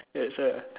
that's why ah